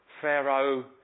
Pharaoh